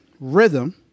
rhythm